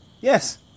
yes